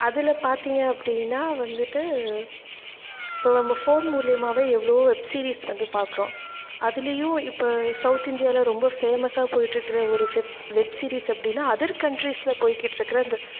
அதில் பார்த்திங்க அப்படின்னா வந்துட்டு இப்போ நம்ம ஃபோன் மூலிமாவே எவ்வளோவோ வெப் சீரிஸ் வந்து பார்க்குறோம் அதுலேயும் இப்போ சௌத் இந்தியாவில் ரொம்ப ஃபேமஸாக போயிட்டிருக்குற ஒரு ஃபெப் வெப் சீரிஸ் அப்படின்னா அதர் கண்ட்ரீஸில் போயிக்கிட்டுருக்கிற இந்த